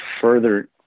further